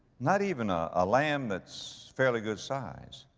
not even a, a lamb that's fairly good size.